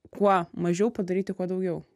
kuo mažiau padaryti kuo daugiau